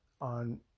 on